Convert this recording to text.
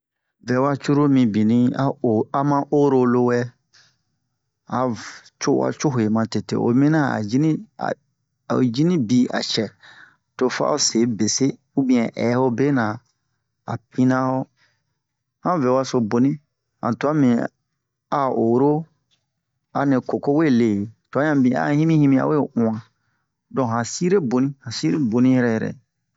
vɛwa curulu mibinni a o ama oro lowɛ han co'owa cohe matete oyi minian a ji ni a a o ji ni bi a cɛ to fa'o se bese ubiyɛn ɛ ho bena a pinna ho han vɛwa so boni han tuwa mibin a a oro anɛ koko we le tuwa ɲan mibin a a himi-himi awe uwan donk han sire boni han sire yɛrɛ yɛrɛ